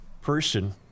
person